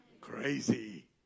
crazy